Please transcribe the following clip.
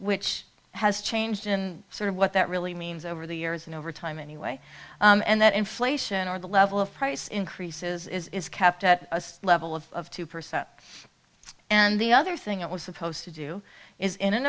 which has changed in sort of what that really means over the years and over time anyway and that inflation or the level of price increases is capped at a level of two percent and the other thing it was supposed to do is in an